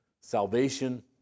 Salvation